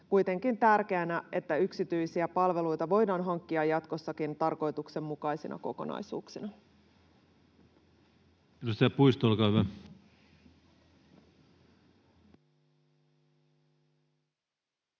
kuitenkin tärkeänä, että yksityisiä palveluita voidaan hankkia jatkossakin tarkoituksenmukaisina kokonaisuuksina. Edustaja Puisto, olkaa hyvä. Arvoisa